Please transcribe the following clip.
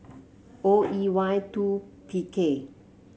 O E Y two P K